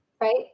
right